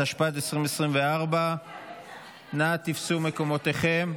התשפ"ד 2024. אנא תפסו מקומותיכם.